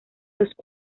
los